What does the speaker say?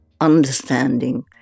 understanding